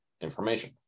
information